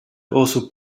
also